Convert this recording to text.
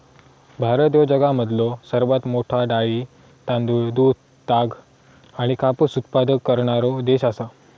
भारत ह्यो जगामधलो सर्वात मोठा डाळी, तांदूळ, दूध, ताग आणि कापूस उत्पादक करणारो देश आसा